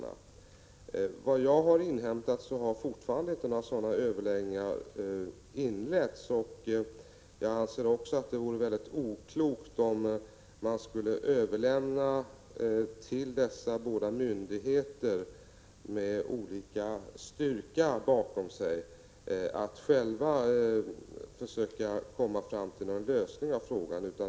Enligt vad jag har inhämtat har ännu inte några sådana överläggningar inletts. Jag anser att det vore mycket oklokt om man skulle överlämna till dessa båda = Prot. 1986/87:91 myndigheter, med olika styrka bakom sig, att själva försöka komma fram till 20 mars 1987 en lösning av frågan.